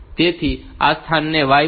તેથી આ સ્થાનને y મૂલ્ય મળે છે